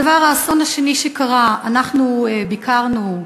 האסון השני שקרה, אנחנו ביקרנו,